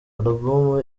alubumu